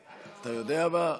אתה יודע מה?